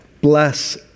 bless